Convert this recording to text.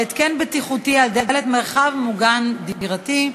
התקן בטיחותי על דלת מרחב מוגן דירתי),